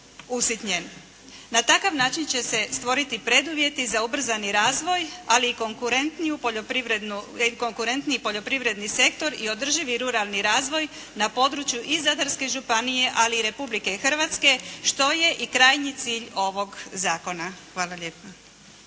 Na takav način će se stvoriti preduvjeti za ubrzani razvoj, ali i konkurentniji poljoprivredni sektor i održivi ruralni razvoj na području i Zadarske županije, ali i Republike Hrvatske, što je i krajnji cilj ovog zakona. Hvala lijepa.